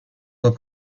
pas